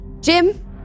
Jim